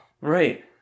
Right